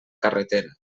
carretera